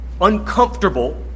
uncomfortable